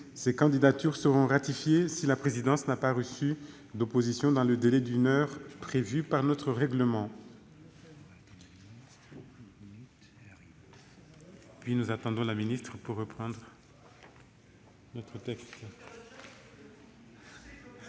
Ces candidatures seront ratifiées si la présidence n'a pas reçu d'opposition dans le délai d'une heure prévu par notre règlement.